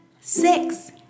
six